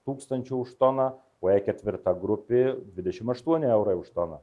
tūkstančių už toną o jei ketvirta grupė dvidešimt aštuoni eurai už toną